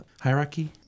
hierarchy